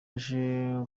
aje